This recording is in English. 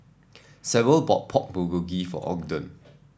Sable bought Pork Bulgogi for Ogden